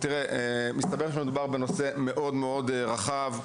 מדובר בנושא מאוד מאוד רחב,